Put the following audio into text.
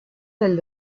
del